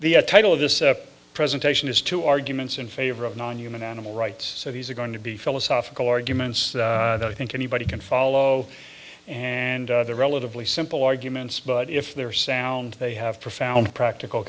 the title of this presentation is to arguments in favor of non human animal rights so these are going to be philosophical arguments that i think anybody can follow and they're relatively simple arguments but if they're sound they have profound practical